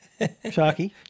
Sharky